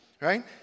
right